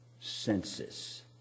census